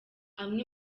amwe